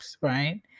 right